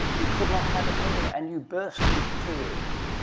you could not have a career. and you burst into tears.